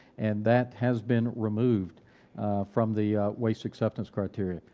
and that has been removed from the waste acceptance criteria.